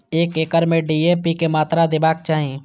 एक एकड़ में डी.ए.पी के मात्रा देबाक चाही?